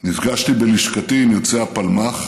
נפגשתי בלשכתי עם יוצאי הפלמ"ח,